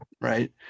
right